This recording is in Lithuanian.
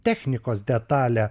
technikos detalę